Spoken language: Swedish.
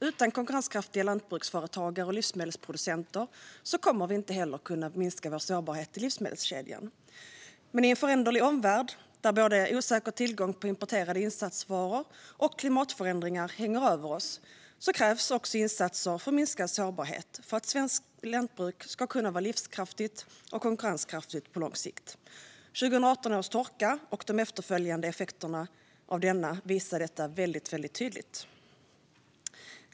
Utan konkurrenskraftiga lantbruksföretagare och livsmedelsproducenter kommer vi inte heller att kunna minska vår sårbarhet i livsmedelskedjan. Men i en föränderlig omvärld där både osäker tillgång på importerade insatsvaror och klimatförändringar hänger över oss krävs också insatser för minskad sårbarhet för att svenskt lantbruk ska kunna vara livskraftigt och konkurrenskraftigt på lång sikt. 2018 års torka och de efterföljande effekterna av denna visade detta väldigt tydligt.